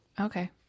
Okay